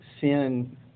sin